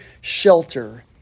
shelter